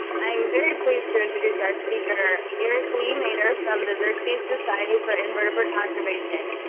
i'm very pleased to introduce our speaker, eric lee-mader, from the xerces society for invertebrate conservation.